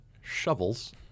shovels